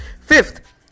fifth